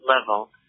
level